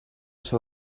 seu